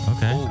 Okay